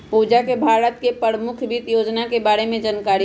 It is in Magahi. पूजा के भारत के परमुख वित योजना के बारे में जानकारी हई